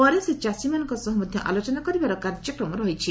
ପରେ ସେ ଚାଷୀମାନଙ୍କ ସହ ମଧ୍ଧ ଆଲୋଚନା କରିବାର କାର୍ଯ୍ୟକ୍ରମ ରହିଛି